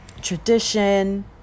tradition